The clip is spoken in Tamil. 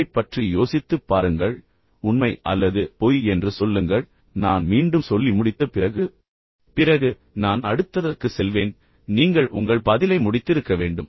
இதைப் பற்றி யோசித்துப் பாருங்கள் உண்மை அல்லது பொய் என்று சொல்லுங்கள் நான் மீண்டும் சொல்லி முடித்த பிறகு பிறகு நான் அடுத்ததற்கு செல்வேன் நீங்கள் உங்கள் பதிலை முடித்திருக்க வேண்டும்